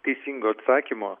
teisingo atsakymo